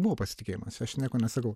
buvo pasitikėjimas aš nieko nesakau